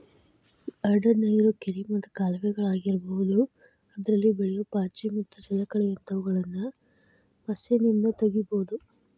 ಗಾರ್ಡನ್ಯಾಗಿರೋ ಕೆರಿ ಮತ್ತ ಕಾಲುವೆಗಳ ಆಗಿರಬಹುದು ಅದ್ರಲ್ಲಿ ಬೆಳಿಯೋ ಪಾಚಿ ಮತ್ತ ಜಲಕಳೆ ಅಂತವುಗಳನ್ನ ಮಷೇನ್ನಿಂದ ತಗಿಬಹುದು